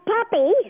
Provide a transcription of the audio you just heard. puppy